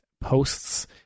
posts